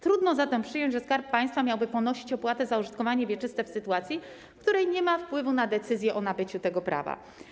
Trudno zatem przyjąć, że Skarb Państwa miałby ponosić opłatę za użytkowanie wieczyste w sytuacji, w której nie ma wpływu na decyzje o nabyciu tego prawa.